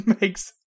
makes